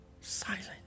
silent